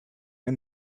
and